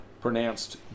pronounced